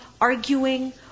arguing